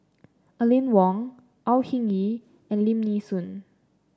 Aline Wong Au Hing Yee and Lim Nee Soon